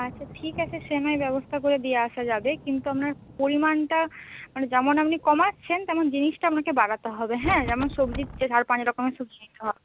আচ্ছা ঠিক আছে সে না হয় ব্যবস্থা করে দিয়ে আসা যাবে কিন্তু আপনার পরিমাণটা মানে যেমন আপনি কমাচ্ছেন তেমন জিনিসটা আপনাকে বাড়াতে হবে হ্যাঁ যেমন সবজি চার পাঁচ রকমের সবজি নিতে হবে